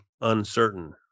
uncertain